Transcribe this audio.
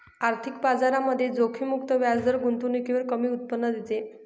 आर्थिक बाजारामध्ये जोखीम मुक्त व्याजदर गुंतवणुकीवर कमी उत्पन्न देते